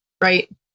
right